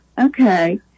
okay